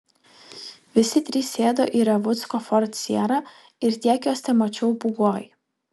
visi trys sėdo į revucko ford sierra ir tiek juos temačiau pūgoj